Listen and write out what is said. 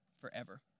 forever